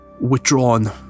withdrawn